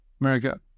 America